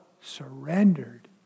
Surrendered